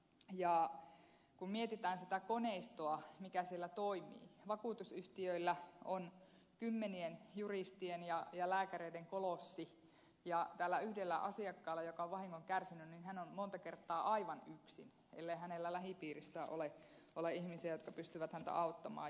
ja kun mietitään sitä koneistoa mikä siellä toimii niin vakuutusyhtiöillä on kymmenien juristien ja lääkäreiden kolossi ja tämä asiakas joka on vahingon kärsinyt on monta kertaa aivan yksin ellei hänellä lähipiirissä ole ihmisiä jotka pystyvät häntä auttamaan